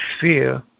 fear